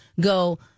go